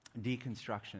deconstruction